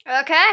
Okay